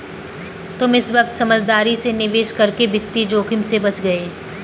तुम इस वक्त समझदारी से निवेश करके वित्तीय जोखिम से बच गए